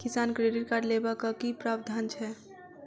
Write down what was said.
किसान credit card लेबाक की प्रावधान छै?